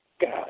God